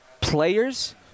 players